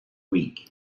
week